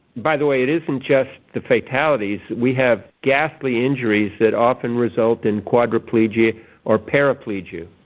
by the way, it isn't just the fatalities. we have ghastly injuries that often result in quadriplegia or paraplegia.